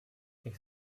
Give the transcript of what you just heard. ich